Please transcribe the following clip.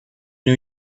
new